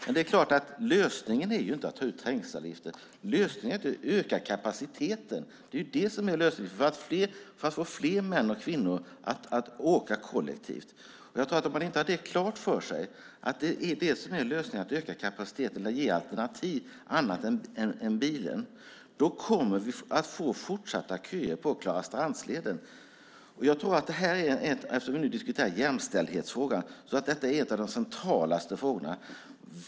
Men lösningen är inte att ta ut trängselavgifter. Lösningen är att öka kapaciteten. Det är det som är lösningen, för att få fler män och kvinnor att åka kollektivt. Om man inte har klart för sig att lösningen är att öka kapaciteten och ge alternativ till bilen kommer vi att ha fortsatta köer på Klarastrandsleden. Det här är en jämställdhetsfråga. Detta är en av de centralaste frågorna.